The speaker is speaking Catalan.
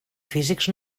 físics